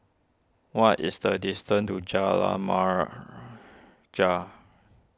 what is the distance to Jalan Remaja